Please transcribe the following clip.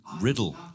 riddle